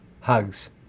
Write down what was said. hugs